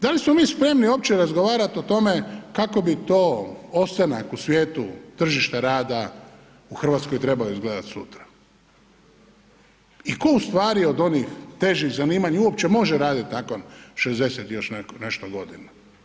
Da li smo spremni uopće razgovarati o tome kako bi to ostanak u svijetu tržišta rada u Hrvatskoj trebao izgledati sutra i tko u stvari od onih težih zanimanja uopće može raditi nakon 60 i još godina?